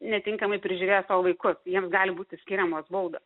netinkamai prižiūrėjo savo vaikus jiems gali būti skiriamos baudos